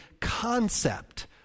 concept